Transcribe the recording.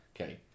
Okay